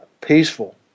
peaceful